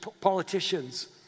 politicians